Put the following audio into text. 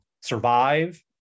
survive